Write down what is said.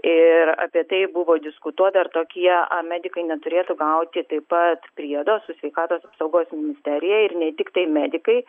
ir apie tai buvo diskutuota ar tokie medikai neturėtų gauti taip pat priedo su sveikatos apsaugos ministerija ir ne tiktai medikai